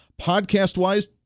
Podcast-wise